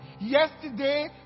yesterday